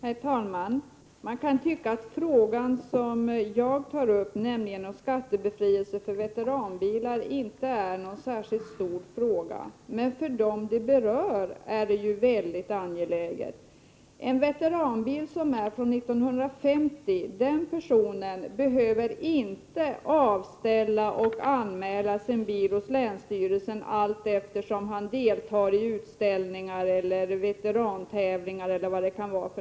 Herr talman! Man kan tycka att den fråga som jag tar upp, nämligen om skattebefrielse för veteranbilar, inte är någon särskilt stor fråga. Men för dem det berör är det väldigt angeläget. Ägaren till en veteranbil från 1950 behöver inte avställa och anmäla sin bil hos länsstyrelsen allteftersom han deltar i utställningar eller veterantävlingar eller vad det kan vara.